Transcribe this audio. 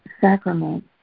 sacrament